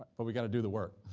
but we got to do the work.